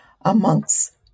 amongst